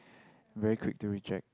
very quick to reject